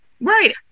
Right